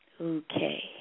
Okay